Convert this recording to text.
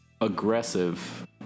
aggressive